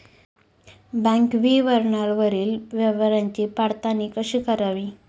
Bank विवरणावरील व्यवहाराची पडताळणी कशी करावी?